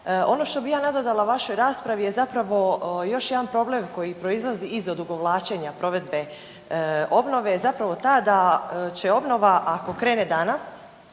Ono što bi ja nadodala vašoj raspravi je zapravo još jedan problem koji proizlazi iz odugovlačenja provedbe obnove je zapravo ta da će obnova ako krene danas,